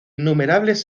innumerables